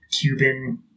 Cuban